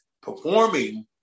performing